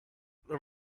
there